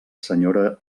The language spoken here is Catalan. senyora